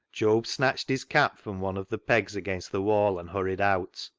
job snatched his cap from one of the pegs against the wall and hurried out.